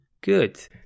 Good